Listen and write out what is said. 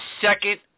second